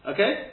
Okay